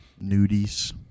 nudies